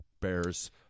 Bears –